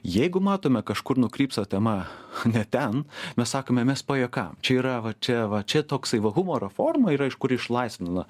jeigu matome kažkur nukrypsta tema ne ten mes sakome mes pajuokavom čia yra va čia va čia toks humoro forma yra iš kuri išlaisvina